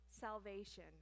salvation